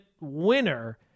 winner